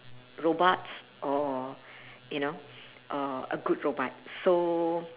robots or you know or a good robots so